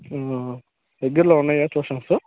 దగ్గరలో ఉన్నాయా ట్యూషన్స్